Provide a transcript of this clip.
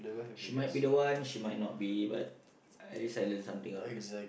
she might be the one she might not be but at least I learn something out of it